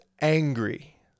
angry